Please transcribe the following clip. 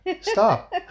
Stop